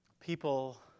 People